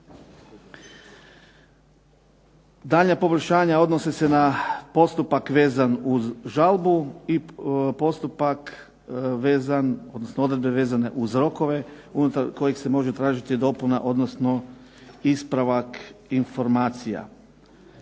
Daljnja poboljšanja odnose se na postupak vezan uz žalbu i odredbe vezane uz rokove unutar kojeg se može tražiti dopuna odnosno ispravak informacija.